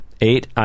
Eight